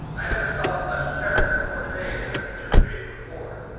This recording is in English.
i never saw such character portrayed in a picture face before.